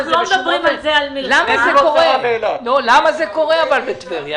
אבל למה זה קורה בטבריה?